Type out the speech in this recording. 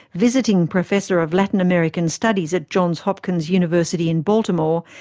visiting professor of latin american studies at johns hopkins university in baltimore,